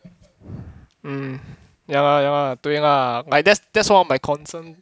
um ya lah ya lah 对 lah like that's that's one of my concern